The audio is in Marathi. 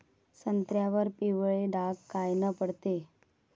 संत्र्यावर पिवळे डाग कायनं पडते?